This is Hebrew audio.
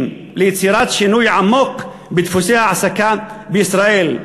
ליצירת שינוי עמוק בדפוסי ההעסקה בישראל,